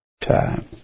time